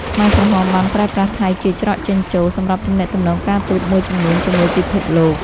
ខ្មែរក្រហមបានប្រើប្រាស់ថៃជាច្រកចេញចូលសម្រាប់ទំនាក់ទំនងការទូតមួយចំនួនជាមួយពិភពលោក។